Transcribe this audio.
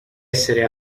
essere